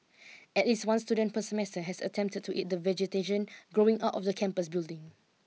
at least one student per semester has attempted to eat the vegetation growing out of the campus building